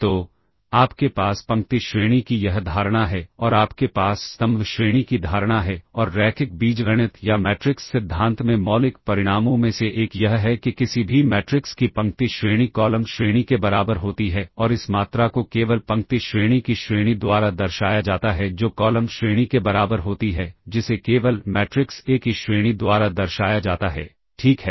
तो आपके पास पंक्ति श्रेणी की यह धारणा है और आपके पास स्तंभ श्रेणी की धारणा है और रैखिक बीजगणित या मैट्रिक्स सिद्धांत में मौलिक परिणामों में से एक यह है कि किसी भी मैट्रिक्स की पंक्ति श्रेणी कॉलम श्रेणी के बराबर होती है और इस मात्रा को केवल पंक्ति श्रेणी की श्रेणी द्वारा दर्शाया जाता है जो कॉलम श्रेणी के बराबर होती है जिसे केवल मैट्रिक्स ए की श्रेणी द्वारा दर्शाया जाता है ठीक है